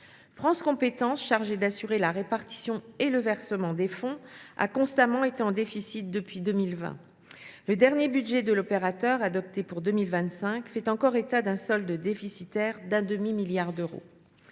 France Compétences, chargée d’assurer la répartition et le versement des fonds, a constamment été en déficit depuis 2020. Le dernier budget de l’opérateur, adopté pour 2025, fait encore état d’un solde déficitaire d’un demi milliard d’euros.